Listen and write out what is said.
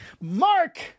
Mark